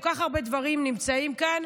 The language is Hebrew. כל כך הרבה דברים נמצאים כאן,